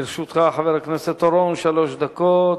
לרשותך, חבר הכנסת אורון, שלוש דקות.